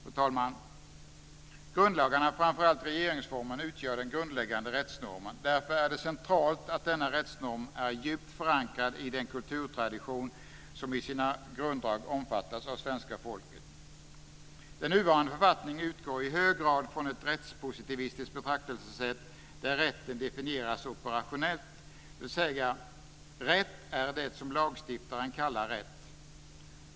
Fru talman! Grundlagarna, framför allt regeringsformen, utgör den grundläggande rättsnormen. Därför är det centralt att denna rättsnorm är djupt förankrad i den kulturtradition som i sina grunddrag omfattas av svenska folket. Den nuvarande författningen utgår i hög grad från ett rättspositivistiskt betraktelsesätt, där rätten definieras operationellt, dvs. att rätt är det som lagstiftarna kallar rätt.